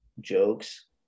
jokes